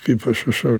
kaip aš rašau